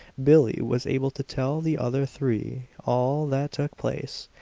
billie was able to tell the other three all that took place,